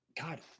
God